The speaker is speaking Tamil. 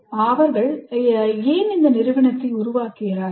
முதலில் அவர்கள் ஏன் ஒரு நிறுவனத்தை உருவாக்குகிறார்கள்